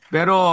Pero